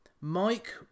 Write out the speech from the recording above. Mike